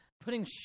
putting